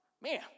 man